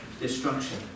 destruction